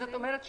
זאת אומרת,